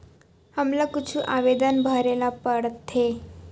हमला कुछु आवेदन भरेला पढ़थे?